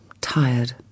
tired